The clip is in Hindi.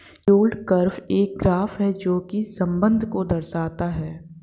यील्ड कर्व एक ग्राफ है जो बीच के संबंध को दर्शाता है